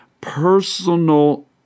personal